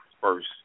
first